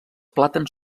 plàtans